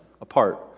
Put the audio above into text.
apart